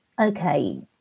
okay